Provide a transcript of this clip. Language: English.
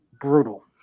brutal